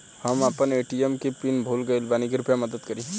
हम आपन ए.टी.एम के पीन भूल गइल बानी कृपया मदद करी